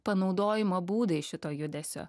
panaudojimo būdai šito judesio